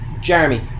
Jeremy